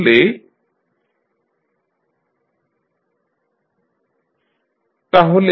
তাহলে J1eJ1N1N22J2 B1eB1N1N22B2 and TFFc111N1N2Fc222